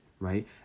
Right